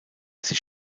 sich